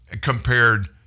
compared